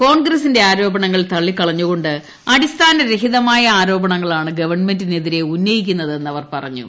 കോൺഗ്രസിന്റെ ആരോപണങ്ങൾ തള്ളിക്കളഞ്ഞുകൊണ്ട് അടിസ്ഥാനരഹിതമായ ആരോപണങ്ങളാണ് ഗവർൺമെന്റിനെതിരെ ഉന്നയിക്കുന്നതെന്ന് അവർ പറഞ്ഞു